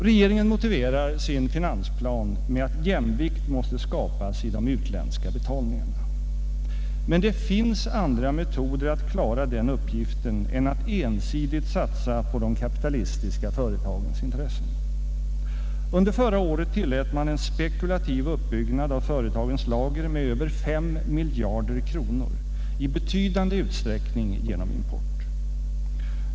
Regeringen motiverar sin finansplan med att jämvikt måste skapas i de utländska betalningarna, men det finns andra metoder att klara den uppgiften än att ensidigt satsa på de kapitalistiska företagens intressen. Under förra året tillät man en spekulativ uppbyggnad av företagens lager med över 5 miljarder kronor, i betydande utsträckning genom import.